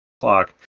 clock